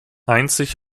einzig